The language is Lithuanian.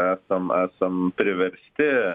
esam esam priversti